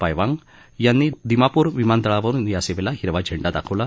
पायवांग यांनी दिमापूर विमानतळावरून या सेवेला हिरवा झेंडा दाखवला